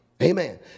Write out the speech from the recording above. Amen